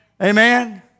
Amen